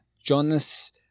Jonas